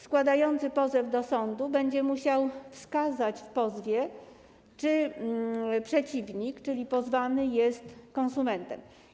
Składający pozew do sądu będzie musiał wskazać w pozwie, czy przeciwnik, czyli pozwany, jest konsumentem.